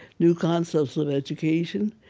new concepts of education,